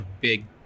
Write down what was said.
big